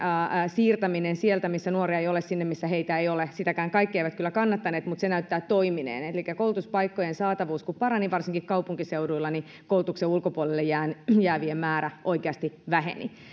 siirtäminen sieltä missä nuoria ei ole sinne missä heitä on sitäkään kaikki eivät kyllä kannattaneet mutta se näyttää toimineen elikkä kun koulutuspaikkojen saatavuus parani varsinkin kaupunkiseuduilla niin koulutuksen ulkopuolelle jäävien määrä oikeasti väheni